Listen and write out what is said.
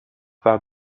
part